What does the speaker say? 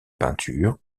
peintures